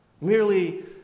Merely